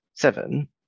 Seven